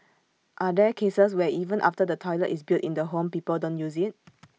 are there cases where even after the toilet is built in the home people don't use IT